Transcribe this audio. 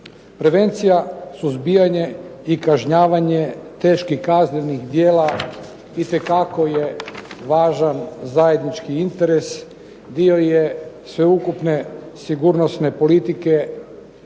Prevencija, suzbijanje i kažnjavanje teških kaznenih djela itekako je važan zajednički interes, dio je sveukupne sigurnosne politike